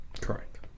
Correct